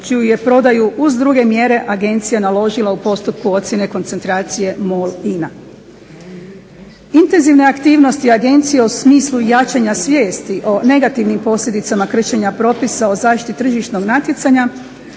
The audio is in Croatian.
čiju je prodaju uz druge mjere agencija naložila u postupku ocjene koncentracije MOL-INA. Intenzivne aktivnosti agencije u smislu jačanja svijesti o negativnim posljedicama kršenja propisa o zaštiti tržišnog natjecanja,